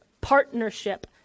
partnership